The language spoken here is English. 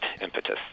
impetus